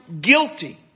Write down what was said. guilty